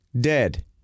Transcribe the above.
dead